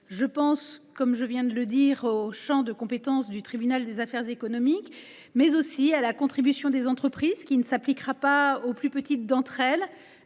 je pense, comme je viens de le dire, au champ de compétence du tribunal des activités économiques, mais aussi à la contribution des entreprises, qui ne s’appliquera pas aux plus petites d’entre elles,